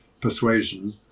persuasion